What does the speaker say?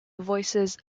voices